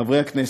חברי הכנסת,